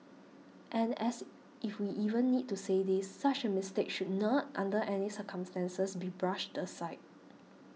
and as if we even need to say this such a mistake should not under any circumstances be brushed aside